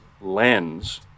lens